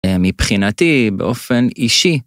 מבחינתי באופן אישי.